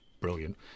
brilliant